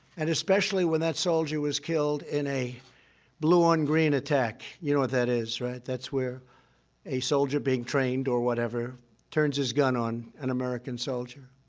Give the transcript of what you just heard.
and especially when that solider was killed in a blue-on-green attack. you know what that is, right? that's where a solider being trained or whatever turns his gun on an american solider.